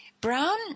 Brown